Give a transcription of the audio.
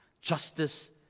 Justice